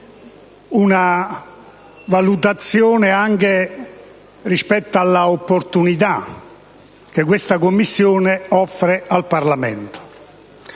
una valutazione rispetto alla opportunità che questa Commissione offre al Parlamento,